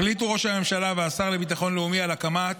החליטו ראש הממשלה והשר לביטחון לאומי על הקמת